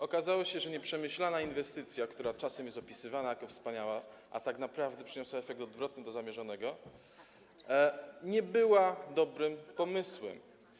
Okazało się, że nieprzemyślana inwestycja, która czasem jest opisywana jako wspaniała, a tak naprawdę przyniosła efekt odwrotny do zamierzonego, nie była dobrym pomysłem.